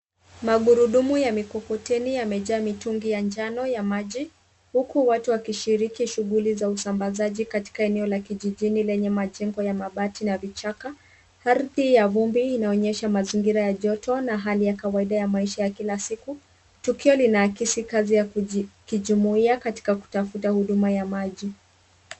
Magurudumu ya mikokoteni yamejaa mitungi ya njano ya maji, huku watu wakishiriki shughuli za usambazaji katika eneo la kijijini lenye majengo ya mabati na vichaka, ardhi ya vumbi inaonyesha mazingira ya joto na hali ya kawaida ya maisha ya kila siku, tukio linaakisi kazi ya kijumuiya katika kutafuta huduma ya maji.